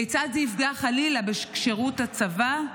כיצד זה יפגע חלילה בכשירות הצבא?